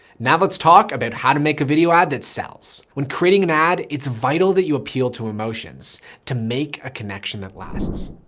now let's talk about how to make a video ad that sells. when creating an ad it's vital that you appeal to emotions to make a connection that lasts.